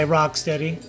Rocksteady